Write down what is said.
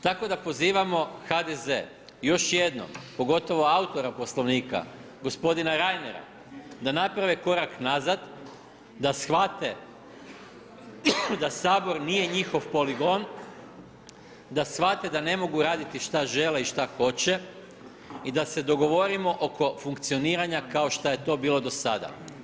Tako da pozivamo HDZ još jednom pogotovo autora Poslovnika gospodina Reinera da naprave korak nazad, da shvate da Sabor nije njihov poligon, da shvate da ne mogu raditi što žele i šta hoće i da se dogovorimo oko funkcioniranja kao što je to bilo do sada.